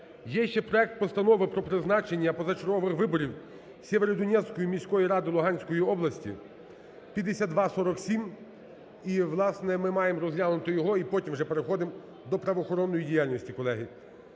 є ще проект Постанови про призначення позачергових виборів Сєвєродонецької міської ради Луганської області (5247). І, власне, ми маємо розглянути його і потім вже переходимо до правоохоронної діяльності, колеги.